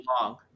long